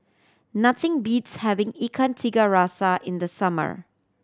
nothing beats having Ikan Tiga Rasa in the summer